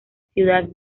ciudad